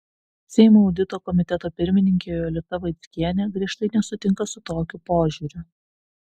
seimo audito komiteto pirmininkė jolita vaickienė griežtai nesutinka su tokiu požiūriu